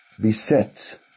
beset